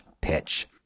pitch